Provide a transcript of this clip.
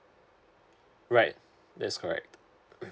right that's correct